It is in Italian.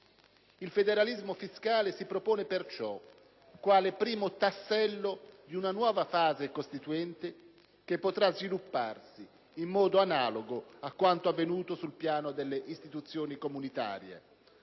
Il federalismo fiscale si propone perciò quale primo tassello di una nuova fase costituente, che potrà svilupparsi in modo analogo a quanto avvenuto sul piano delle istituzioni comunitarie,